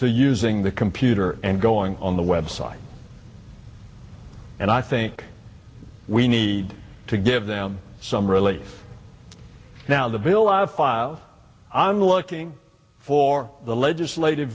to using the computer and going on the web site and i think we need to give them some relief now the veil of files i'm looking for the legislative